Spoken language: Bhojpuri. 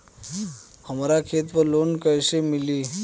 हमरा खेत पर लोन कैसे मिली?